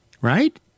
Right